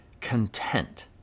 content